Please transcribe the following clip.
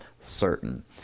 certain